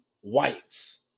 whites